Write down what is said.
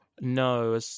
no